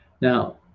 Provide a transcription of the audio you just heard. Now